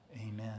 amen